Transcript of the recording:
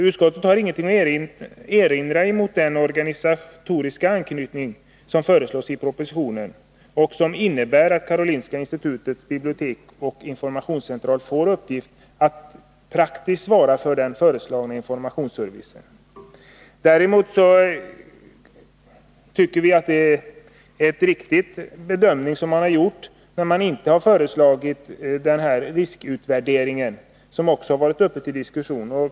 Utskottet har ingen erinran mot den organisatoriska anknytning som föreslås i propositionen och som innebär att Karolinska institutets bibliotek och informationscentral får i uppdrag att praktiskt svara för den föreslagna informationsservicen. Utskottet tycker att det är riktigt att inte nu föreslå någon riskutvärdering, som har varit uppe till diskussion.